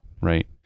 Right